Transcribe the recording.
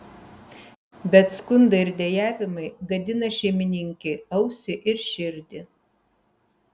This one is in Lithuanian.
bet skundai ir dejavimai gadina šeimininkei ausį ir širdį